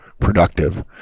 productive